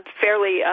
fairly